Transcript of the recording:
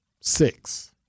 six